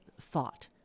thought